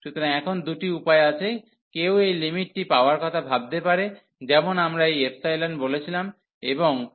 সুতরাং এখন দুটি উপায় আছে কেউ এই লিমিটটি পাওয়ার কথা ভাবতে পারে যেমন আমরা এই ϵ বলেছিলাম এবং ϵ→0